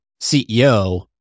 CEO